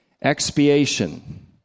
Expiation